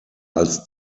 als